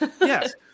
Yes